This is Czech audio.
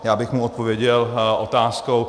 Já bych mu odpověděl otázkou.